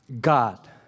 God